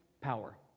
power